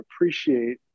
appreciate